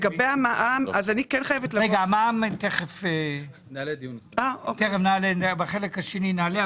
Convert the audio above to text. לגבי המע"מ --- המע"מ, בחלק השני נעלה.